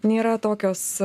nėra tokios